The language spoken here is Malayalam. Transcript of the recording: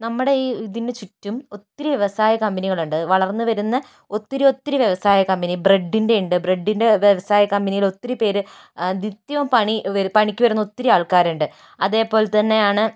നമ്മുടെ ഈ ഇതിന് ചുറ്റും ഒത്തിരി വ്യവസായ കമ്പനികളുണ്ട് വളർന്നു വരുന്ന ഒത്തിരി ഒത്തിരി വ്യവസായ കമ്പനി ബ്രെഡിൻ്റെ ഉണ്ട് ബ്രെഡിൻ്റെ വ്യവസായ കമ്പനികൾ ഒത്തിരി പേര് നിത്യവും പണി പണിക്ക് വരുന്ന ഒത്തിരി ആൾക്കാരുണ്ട് അതേപോലെ തന്നെയാണ്